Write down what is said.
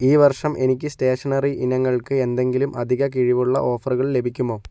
ഈ വർഷം എനിക്ക് സ്റ്റേഷണറി ഇനങ്ങൾക്ക് എന്തെങ്കിലും അധിക കിഴിവുള്ള ഓഫറുകൾ ലഭിക്കുമോ